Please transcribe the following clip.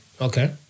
Okay